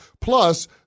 Plus